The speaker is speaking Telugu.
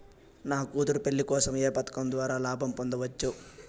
నా కూతురు పెళ్లి కోసం ఏ పథకం ద్వారా లాభం పొందవచ్చు?